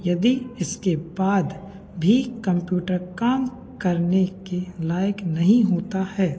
यदि इसके बाद भी कंप्यूटर काम करने के लायक़ नहीं होता है